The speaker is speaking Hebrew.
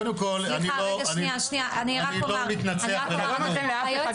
קודם כל אני לא מתנצח ולא כלום -- אתה לא נותן לאף אחד